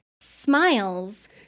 smiles